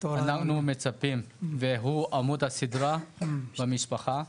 אנחנו מצפים ממנו והוא עמוד השדרה במשפחה.